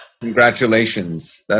Congratulations